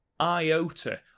iota